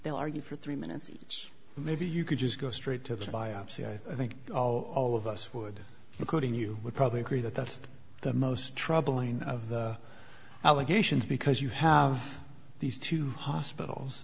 they'll argue for three minutes each maybe you could just go straight to the biopsy i think all of us would according you would probably agree that that's the most troubling of the allegations because you have these two hospitals